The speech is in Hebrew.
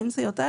האם זה יותר?